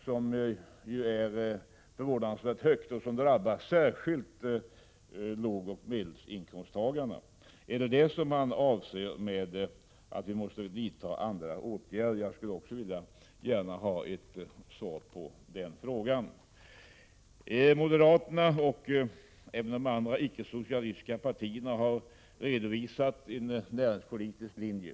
Skattetrycket är ju förvånansvärt högt, och det drabbar särskilt lågoch medelinkomsttagarna. Är det vad industriministern avser när han säger att vi måste vidta andra åtgärder? Den frågan vill jag också gärna ha ett svar på. Moderaterna och även de andra icke-socialistiska partierna har redovisat en näringspolitisk linje.